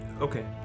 Okay